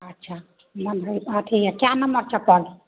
अच्छा मन भरि अथी यऽ कए नम्मर चप्पल